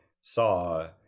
saw